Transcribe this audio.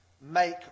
make